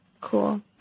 cool